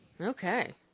Okay